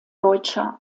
deutscher